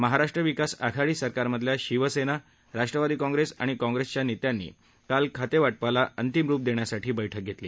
महाराष्ट्र विकास आघाडी सरकारमधल्या शिवसेना राष्ट्रवादी काँप्रेस आणि काँप्रेसच्या नेत्यांनी काल खातेवाटपाला अंतिम रुप देण्यासाठी बैठक घेतली